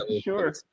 sure